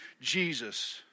Jesus